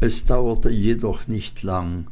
es dauerte jedoch nicht lang